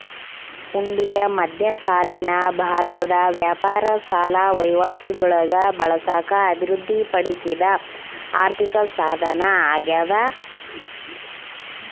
ಹುಂಡಿಯು ಮಧ್ಯಕಾಲೀನ ಭಾರತದ ವ್ಯಾಪಾರ ಸಾಲ ವಹಿವಾಟುಗುಳಾಗ ಬಳಸಾಕ ಅಭಿವೃದ್ಧಿಪಡಿಸಿದ ಆರ್ಥಿಕಸಾಧನ ಅಗ್ಯಾದ